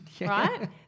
right